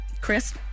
Chris